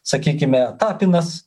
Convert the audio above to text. sakykime tapinas